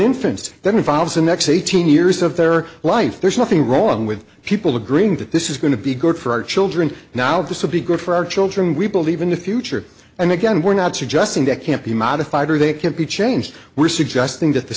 infant that involves the next eighteen years of their life there's nothing wrong with people agreeing that this is going to be good for our children now this will be good for our children we believe in the future and again we're not suggesting that can't be modified or they can't be changed we're suggesting that the